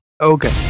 Okay